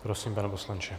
Prosím, pane poslanče.